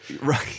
Right